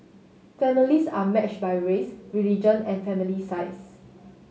families are matched by race religion and family size